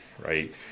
Right